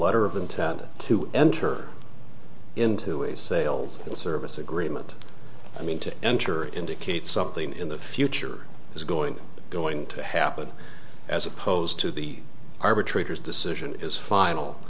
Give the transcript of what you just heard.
letter of intent to enter into a sales service agreement i mean to enter indicates something in the future is going going to happen as opposed to the arbitrator's decision is final